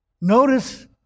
Notice